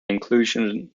inclusion